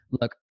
Look